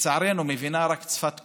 לצערנו מבינה רק שפת כוח,